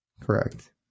Correct